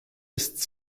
ist